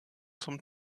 zum